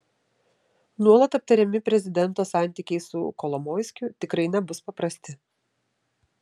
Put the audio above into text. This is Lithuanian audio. nuolat aptariami prezidento santykiai su kolomoiskiu tikrai nebus paprasti